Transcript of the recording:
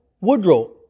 Woodrow